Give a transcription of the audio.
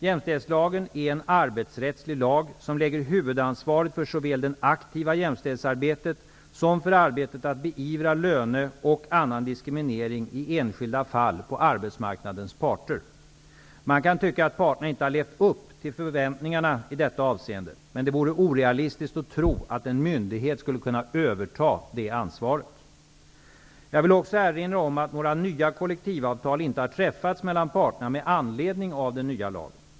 Jämställdhetslagen är en arbetsrättslig lag som lägger huvudansvaret såväl för det aktiva jämställdhetsarbetet som för arbetet med att beivra lönediskriminering och annan diskriminering i enskilda fall på arbetsmarknadens parter. Man kan tycka att parterna inte har levt upp till förväntningarna i detta avseende. Men det vore orealistiskt att tro att en myndighet skulle kunna överta det ansvaret. Jag vill också erinra om att några nya kollektivavtal inte har träffats mellan parterna med anledning av den nya lagen.